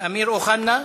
אמיר אוחנה,